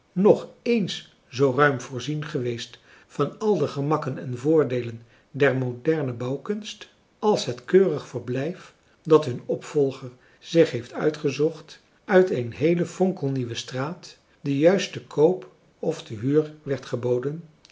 nog ééns zoo ruim voorzien geweest van al de gemakken en voordeelen der moderne bouwkunst als het keurig verblijf dat hun opvolger zich heeft uitgezocht uit een heele fonkelnieuwe straat die juist te koop of te huur werd geboden